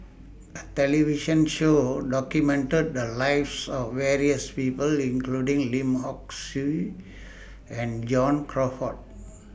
A television Show documented The Lives of various of People including Lim Hock Siew and John Crawfurd